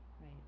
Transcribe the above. right